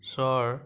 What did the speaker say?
ছৰ